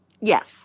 yes